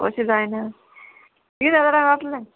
कशी जायना तीन हजारांक जातलें